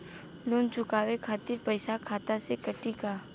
Loan चुकावे खातिर पईसा खाता से कटी का?